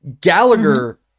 gallagher